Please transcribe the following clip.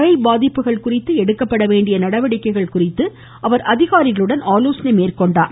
மழை பாதிப்புகள் குறித்து எடுக்கப்பட வேண்டிய நடவடிக்கைகள் குறித்தும் அவர் அதிகாரிகளுடன் ஆலோசனை மேற்கொண்டார்